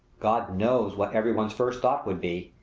god knows what everyone's first thought would be!